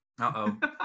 Uh-oh